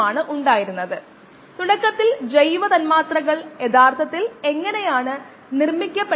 പക്ഷേ ഇത് കുത്തനെയുള്ളതാണ് അത് വേഗത്തിൽ നശിപ്പിക്കപ്പെടും